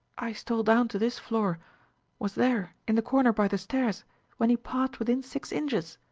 i stole down to this floor was there, in the corner by the stairs when he passed within six inches,